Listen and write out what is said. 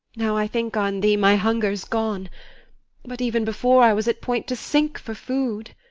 now i think on thee my hunger's gone but even before, i was at point to sink for food.